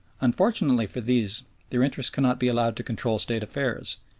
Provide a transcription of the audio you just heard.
unfortunately for these their interests cannot be allowed to control state affairs,